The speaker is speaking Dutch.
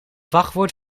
wachtwoord